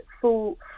full